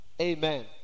Amen